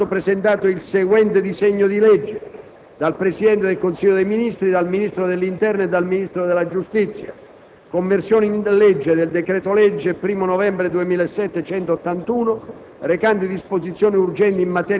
Comunico che è stato presentato il seguente disegno di legge: *dal Presidente del Consiglio dei ministri, dal Ministro dell'interno e dal Ministro della giustizia*: «Conversione in legge del decreto-legge 1° novembre 2007, n.